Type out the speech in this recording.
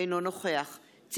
אינה נוכחת עבד אל חכים חאג' יחיא,